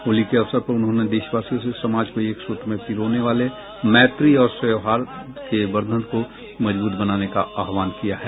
होली के अवसर पर उन्होंने देशवासियों से समाज को एक सूत्र में पिरोने वाले मैत्री और सौहार्द के बंधन को मजबूत बनाने का आह्वान किया है